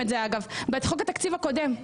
בחוק התקציב הקודם.